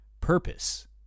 purpose